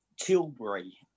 Tilbury